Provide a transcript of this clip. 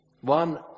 One